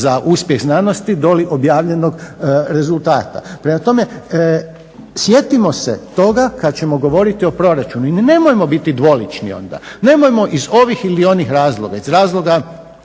za uspjeh znanosti doli objavljenog rezultata. Prema tome, sjetimo se toga kad ćemo govoriti o proračunu i nemojmo biti dvolični onda, nemojmo iz ovih ili onih razloga, iz razloga